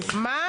מה?